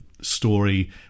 Story